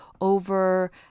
over